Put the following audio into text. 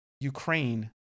Ukraine